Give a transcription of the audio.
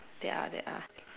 there are there are